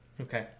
Okay